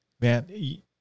Man